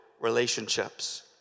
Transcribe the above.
relationships